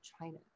china